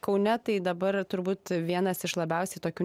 kaune tai dabar turbūt vienas iš labiausiai tokių